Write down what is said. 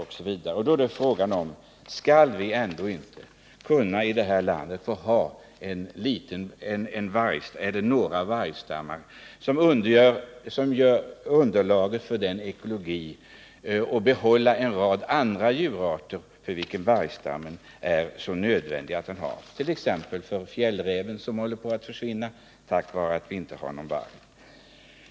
Då är frågan: Skall vi ändå inte få ha någon eller några vargstammar kvar i det här landet som ekologiskt underlag för att få behålla även en rad andra djurarter, för vilka vargstammen är nödvändig, t.ex. fjällräven, som håller på att försvinna på grund av att vi inte längre har varg?